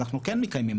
אנחנו כן מקיימים.